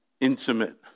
intimate